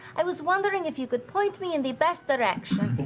i was wondering if you could point me in the best direction.